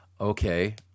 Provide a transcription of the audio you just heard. okay